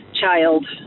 child